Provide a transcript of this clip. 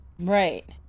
right